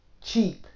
cheap